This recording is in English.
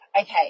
Okay